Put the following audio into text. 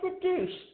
produce